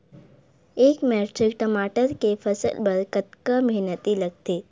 एक मैट्रिक टमाटर के फसल बर कतका मेहनती लगथे?